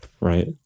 right